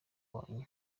wanyu